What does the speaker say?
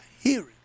hearing